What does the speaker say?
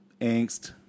angst